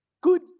Good